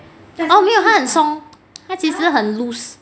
oh 没有它很松它其实很 loose